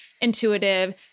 intuitive